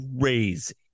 crazy